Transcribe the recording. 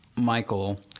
Michael